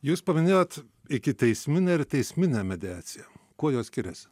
jūs paminėjot ikiteisminė ir teisminė mediacija kuo jos skiriasi